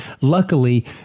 Luckily